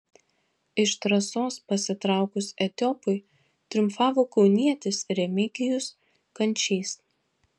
iš trasos pasitraukus etiopui triumfavo kaunietis remigijus kančys